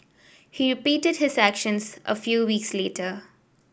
he repeated his actions a few weeks later